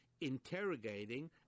interrogating